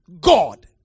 God